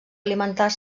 alimentar